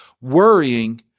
worrying